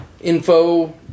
Info